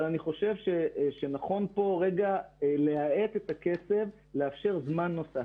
אבל אני חושב שנכון כאן להאט את הקצב ולאפשר זמן נוסף.